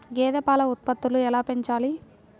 గేదె పాల ఉత్పత్తులు ఎలా పెంచాలి?